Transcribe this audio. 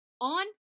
on